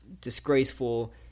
disgraceful